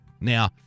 Now